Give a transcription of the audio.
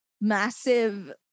massive